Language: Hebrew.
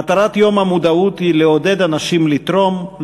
מטרת יום המודעות היא לעודד אנשים לתרום,